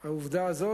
בגלל העובדה הזאת,